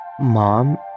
Mom